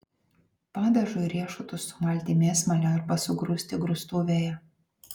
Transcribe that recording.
padažui riešutus sumalti mėsmale arba sugrūsti grūstuvėje